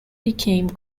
became